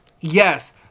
yes